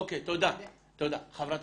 אדוני